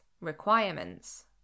Requirements